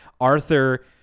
Arthur